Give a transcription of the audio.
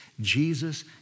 Jesus